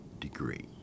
degree